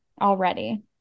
already